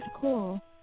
cool